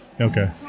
Okay